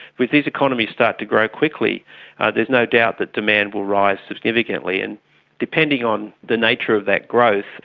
when these economies start to grow quickly there's no doubt that demand will rise significantly. and depending on the nature of that growth,